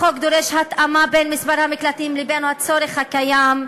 החוק דורש התאמה בין מספר המקלטים לבין הצורך הקיים,